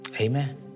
Amen